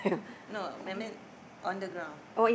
no I mean on the ground